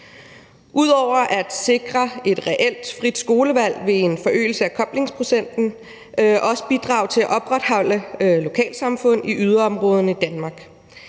Ud over at sikre et reelt frit skolevalg vil en forøgelse af koblingsprocenten også bidrage til at opretholde lokalsamfund i yderområderne i Danmark.